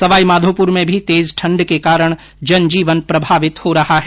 सवाईमाधोपुर में भी तेज ठण्ड के कारण जनजीवन प्रभावित हो रहा है